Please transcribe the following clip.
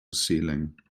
ceiling